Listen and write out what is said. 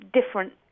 different